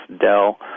Dell